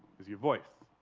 is your voice.